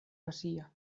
pasia